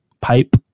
pipe